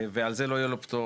ועל זה לא יהיו לו פטור.